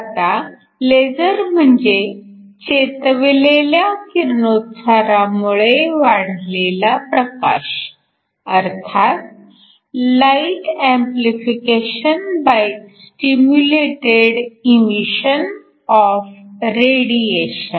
आता लेझर म्हणजे 'चेतवलेल्या किरणोत्सारामुळे वाढलेला प्रकाश' अर्थात light amplification by stimulated emission of radiation